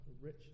rich